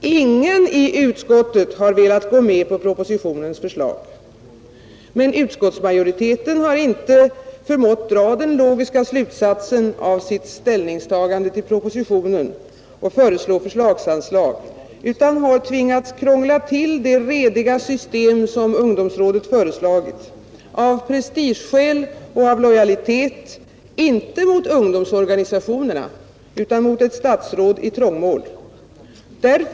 Ingen i utskottet har velat gå med på propositionens förslag. Men utskottsmajoriteten har inte förmått dra den logiska slutsatsen av sitt ställningstagande till propositionen och föreslå förslagsanslag. Utskottsmajoriteten har i stället av prestigeskäl och lojalitet, inte mot ungdomsorganisationerna utan mot ett statsråd i trångmål, lyckats krångla till det rediga system som ungdomsrådet föreslagit.